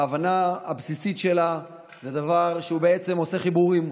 בהבנה הבסיסית שלה זה דבר שהוא בעצם עושה חיבורים,